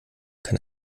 kann